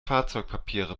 fahrzeugpapiere